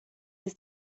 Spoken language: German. ist